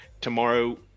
Tomorrow